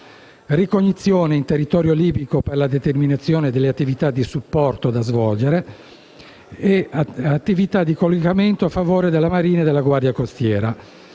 ricognizione in territorio libico per la determinazione delle attività di supporto da svolgere; attività di collegamento a favore della Marina e della Guardia costiera